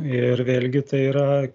ir vėlgi tai yra